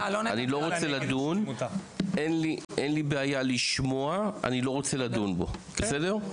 לי בעיה לשמוע, אני לא רוצה לדון בו, בסדר?